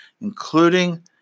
including